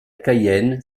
cayenne